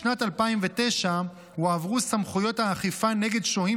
בשנת 2009 הועברו סמכויות האכיפה נגד שוהים